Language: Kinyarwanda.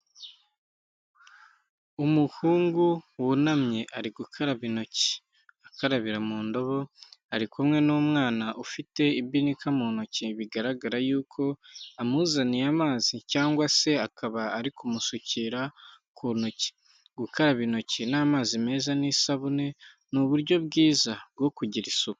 Umuhungu wunamye ari gukaraba intoki akarabira mu ndobo, ari kumwe n'umwana ufite ibinika mu ntoki bigaragara yuko amuzaniye amazi cyangwa se akaba ari kumusukira ku ntoki. Gukaraba intoki n'amazi meza n'isabune, ni uburyo bwiza bwo kugira isuku.